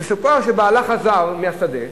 מסופר שבעלה חזר מהשדה,